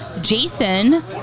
jason